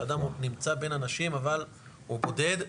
שהאדם נמצא בין אנשים אבל הוא בודד,